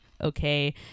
Okay